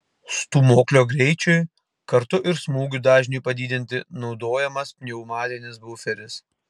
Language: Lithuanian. stūmoklio greičiui kartu ir smūgių dažniui padidinti naudojamas pneumatinis buferis